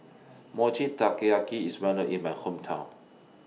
Mochi Taiyaki IS Well known in My Hometown